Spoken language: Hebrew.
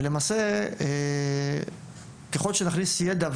ולמעשה ככל שנכניס ידע,